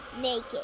naked